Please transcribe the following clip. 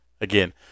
again